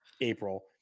April